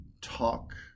talk